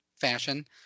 fashion